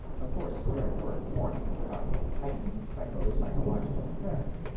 of course, there were the warnings about heightened psycho-physiological effects.